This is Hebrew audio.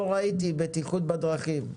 לא ראיתי בטיחות בדרכים.